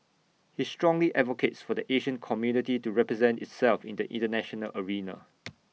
he strongly advocates for the Asian community to represent itself in the International arena